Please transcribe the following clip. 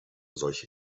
solche